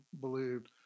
believed